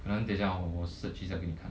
then 等一下我 search 一下给你看